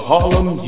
Harlem